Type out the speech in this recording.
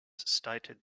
stated